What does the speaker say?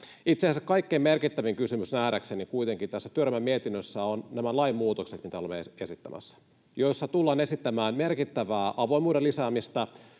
itse asiassa kaikkein merkittävin kysymys nähdäkseni kuitenkin tässä työryhmän mietinnössä ovat nämä lainmuutokset, mitä olemme esittämässä, joissa tullaan esittämään merkittävää avoimuuden lisäämistä